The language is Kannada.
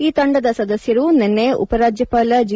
ಈ ತಂಡದ ಸದಸ್ಯರು ನಿನ್ನೆ ಉಪ ರಾಜ್ಯಪಾಲ ಜಿ